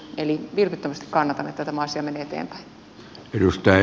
eli vilpittömästi kannatan että tämä asia menee eteenpäin